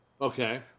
Okay